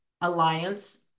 alliance